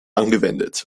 angewendet